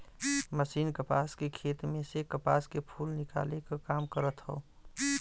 machine कपास के खेत में से कपास के फूल निकाले क काम करत हौ